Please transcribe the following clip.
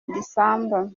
december